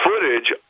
footage